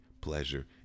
pleasure